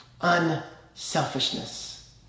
Unselfishness